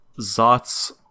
Zot's